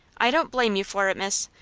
i don't blame you for it, miss.